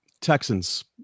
Texans